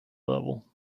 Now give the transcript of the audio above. level